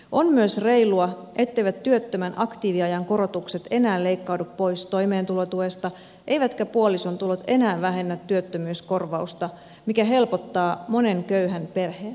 on myös reilua etteivät työttömän aktiiviajan korotukset enää leikkaudu pois toimeentulotuesta eivätkä puolison tulot enää vähennä työttömyyskorvausta mikä helpottaa monen köyhän perheen arkea